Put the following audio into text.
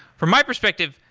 from my perspective,